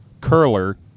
curler